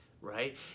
right